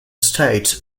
states